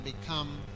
become